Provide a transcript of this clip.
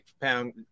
pound